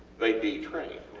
they de-trained,